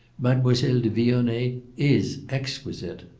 mademoiselle de vionnet is exquisite.